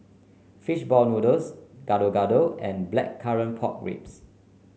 fish ball noodles Gado Gado and Blackcurrant Pork Ribs